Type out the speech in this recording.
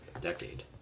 decade